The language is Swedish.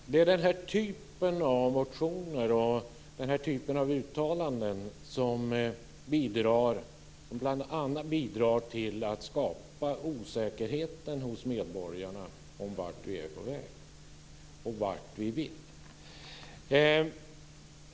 Herr talman! Det är den här typen av motioner och den här typen av uttalanden som bl.a. bidrar till att skapa osäkerhet hos medborgarna om vart vi är på väg och vad vi vill.